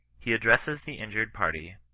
he addresses the injured party,